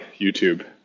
YouTube